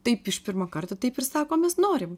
taip iš pirmo karto taip ir sakom mes norim